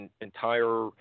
entire